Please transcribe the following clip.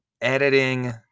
editing